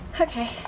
Okay